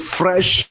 fresh